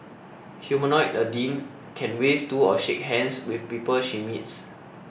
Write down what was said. humanoid Nadine can wave to or shake hands with the people she meets